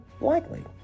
likely